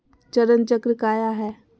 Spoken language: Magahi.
चरण चक्र काया है?